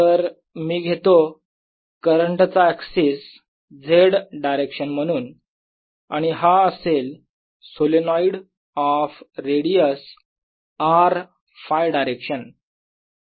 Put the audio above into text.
तर मी घेतो करंट चा अक्सिस z डायरेक्शन म्हणून आणि हा असेल solenoid of radius R Φ direction